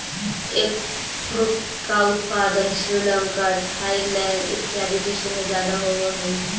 eggfruit का उत्पादन Sri Lanka Thailand इत्यादि देशों में ज्यादा होवअ हई